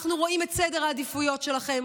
אנחנו רואים את סדר העדיפויות שלכם.